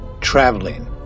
traveling